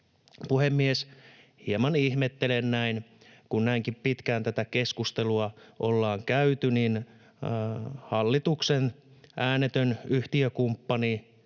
Puhemies! Hieman ihmettelen, kun näinkin pitkään tätä keskustelua ollaan käyty, että hallituksen äänetön yhtiökumppani,